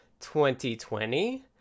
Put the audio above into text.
2020